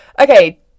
Okay